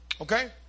Okay